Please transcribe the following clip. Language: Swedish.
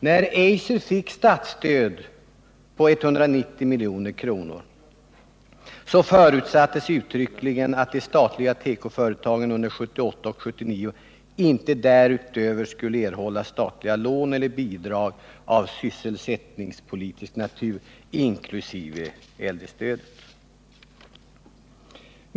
När Eiser fick statsstöd på 190 milj.kr. förutsattes uttryckligen att de statliga tekoföretagen under 1978 och 1979 inte därutöver skulle erhålla statliga lån eller bidrag av sysselsättningspolitisk natur, inkl. äldrestödet.